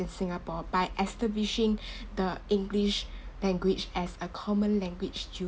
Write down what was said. in singapore by establishing the english language as a common language u~